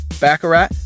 baccarat